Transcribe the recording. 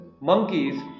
monkeys